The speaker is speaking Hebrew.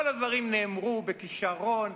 כל הדברים נאמרו בכשרון.